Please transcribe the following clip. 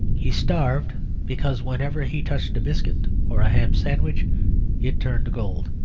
he starved because whenever he touched a biscuit or a ham sandwich it turned to gold.